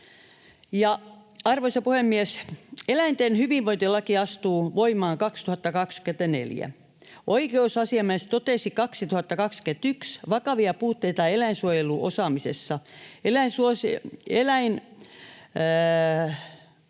Arvoisa puhemies! Eläinten hyvinvointilaki astuu voimaan 2024. Oikeusasiamies totesi 2021 vakavia puutteita eläinsuojeluosaamisessa,